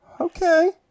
okay